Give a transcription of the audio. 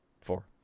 Four